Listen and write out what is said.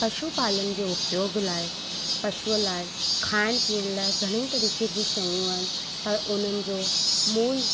पशु पालन जे उपयोग लाइ पशूअ लाइ खाइण पीअण लाइ घणेई तरीक़े जूं शयूं आहिनि ऐं उन्हनि जो मूल